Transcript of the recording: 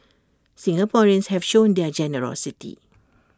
Singaporeans have shown their generosity